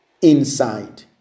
inside